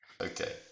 Okay